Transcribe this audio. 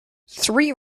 three